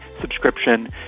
subscription